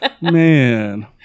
Man